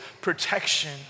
protection